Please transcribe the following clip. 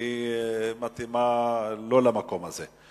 היא מתאימה לא למקום הזה.